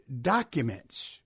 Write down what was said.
documents